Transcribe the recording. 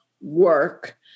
work